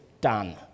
done